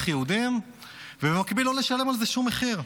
יהודים ובמקביל לא לשלם על זה שום מחיר.